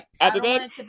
edited